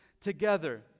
together